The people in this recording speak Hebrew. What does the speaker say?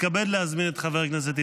(שלילת קצבאות בעד ילד הנמצא במאסר בשל עבירת טרור),